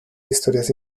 historias